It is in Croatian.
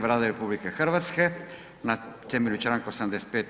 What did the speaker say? Vlada RH na temelju Članka 85.